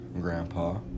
Grandpa